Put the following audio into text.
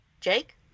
Jake